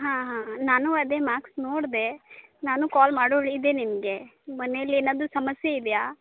ಹಾಂ ಹಾಂ ನಾನು ಅದೇ ಮಾರ್ಕ್ಸ್ ನೋಡಿದೆ ನಾನು ಕಾಲ್ ಮಾಡೋಳು ಇದ್ದೆ ನಿಮಗೆ ಮನೇಲಿ ಏನಾದರು ಸಮಸ್ಯೆ ಇದೆಯಾ